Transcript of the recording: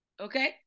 Okay